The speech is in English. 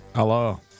hello